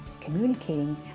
communicating